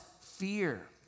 fear